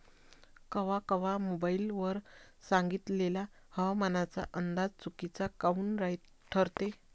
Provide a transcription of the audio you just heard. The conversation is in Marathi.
कवा कवा मोबाईल वर सांगितलेला हवामानाचा अंदाज चुकीचा काऊन ठरते?